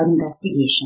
Investigation